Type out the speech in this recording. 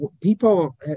People